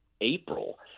April